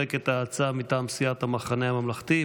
לנמק את ההצעה מטעם סיעת המחנה הממלכתי,